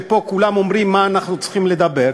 שפה כולם אומרים על מה אנחנו צריכים לדבר,